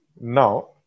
now